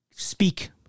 Speak